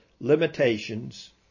limitations